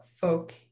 folk